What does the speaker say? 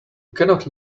cannot